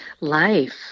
Life